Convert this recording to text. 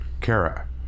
Kara